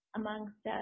amongst